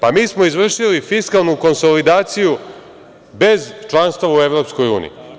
Pa mi smo izvršili fiskalnu konsolidaciju bez članstava u Evropskoj uniji.